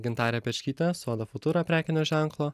gintarė pečkytė soda futura prekinio ženklo